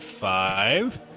five